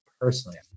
personally